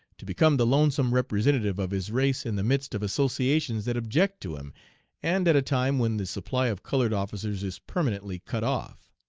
to become the lonesome representative of his race in the midst of associations that object to him and at a time when the supply of colored officers is permanently cut off.